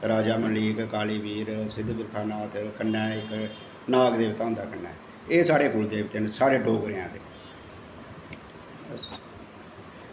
राजा मंडलीक काली बीर सिद्ध बिरपा नाथ कन्नै इक नाग देवता होंदा कन्नै इक एह् साढ़े कुल देवते न साढ़े डगरेआं दे